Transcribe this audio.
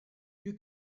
you